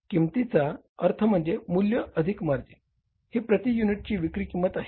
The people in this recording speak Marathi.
किंमतीचा अर्थ म्हणजे मूल्य अधिक मार्जिन ही प्रति युनिटची विक्री किंमत आहे